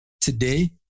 Today